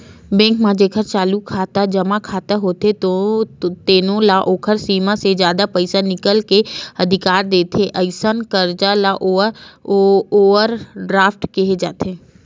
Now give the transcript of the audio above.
bank म जेखर चालू जमा खाता होथे तेनो ल ओखर सीमा ले जादा पइसा निकाले के अधिकार देथे, अइसन करजा ल ओवर ड्राफ्ट केहे जाथे